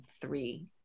three